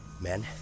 Men